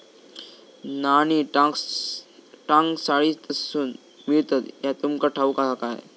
नाणी टांकसाळीतसून मिळतत ह्या तुमका ठाऊक हा काय